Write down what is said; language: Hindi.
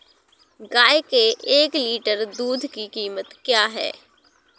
गाय के एक लीटर दूध की कीमत क्या है?